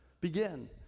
begin